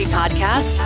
podcast